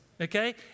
okay